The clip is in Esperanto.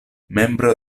membro